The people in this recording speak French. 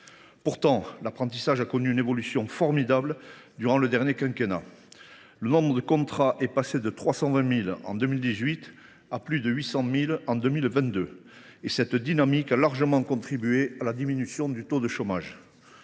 Pourtant, l’apprentissage a connu une évolution formidable durant le dernier quinquennat : le nombre de contrats est passé de 320 000 en 2018 à plus de 800 000 en 2022. Cette dynamique a largement contribué à la diminution du taux de chômage.